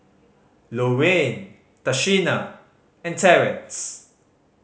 Loraine Tashina and Terance